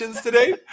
today